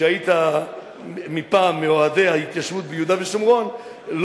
כשהיית פעם מאוהדי ההתיישבות ביהודה ושומרון,